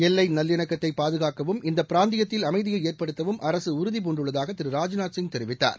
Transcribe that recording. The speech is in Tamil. எல்லைநல்லிணக்கத்தைபாதுகாக்கவும் இந்தபிராந்தியத்தில் அமைதியைஏற்படுத்தவும் அரசுஉறுதிபூண்டுள்ளதாகதிரு ராஜ்நாத்சிங் தெரிவித்தார்